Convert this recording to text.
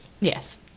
Yes